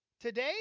Today